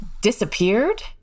disappeared